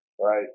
right